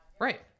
Right